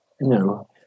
No